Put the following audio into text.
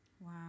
Wow